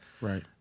Right